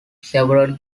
several